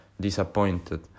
disappointed